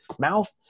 mouth